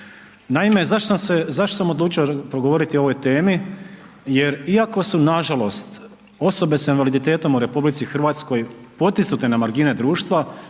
Naime zašto sam odlučio pogovoriti o ovoj temi jer iako su nažalost osobe sa invaliditetom u RH potisnute na margine društva,